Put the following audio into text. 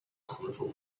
合作